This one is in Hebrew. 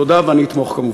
תודה, ואני כמובן אתמוך.